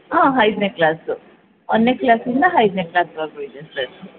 ಹಾಂ ಐದನೇ ಕ್ಲಾಸು ಒಂದನೇ ಕ್ಲಾಸಿಂದ ಐದನೇ ಕ್ಲಾಸ್ವರೆಗೂ ಇದೆ ಸರ್